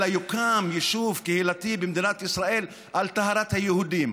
אלא יוקם יישוב קהילתי ישראלי על טהרת היהודים.